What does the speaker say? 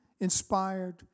inspired